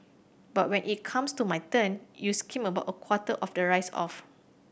but when it comes to my turn you skim about a quarter of the rice off